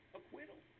acquittal